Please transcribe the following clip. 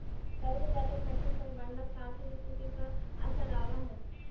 कर के जादे घटला चाहे बढ़ला से आर्थिक स्थिति पर असर आब हई